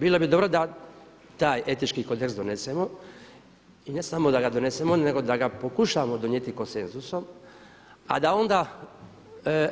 Bilo bi dobro da taj etički kodeks donesemo i ne samo da ga donesemo nego da ga pokušamo donijeti konsenzusom a da onda